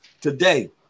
Today